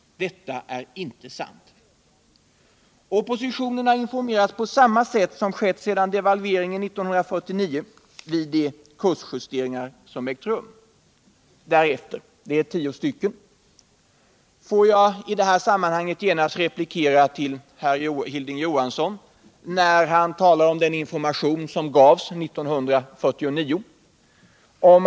Detta är inte sant. Oppositionen har informerats på samma sätt som skett sedan devalveringen 1949 vid de tio kursjusteringar som ägt rum. Låt mig i detta sammanhang genast ge en replik till Hilding Johansson som talade om den information som gavs år 1949.